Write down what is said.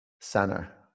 center